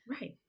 right